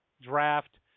draft